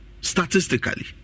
statistically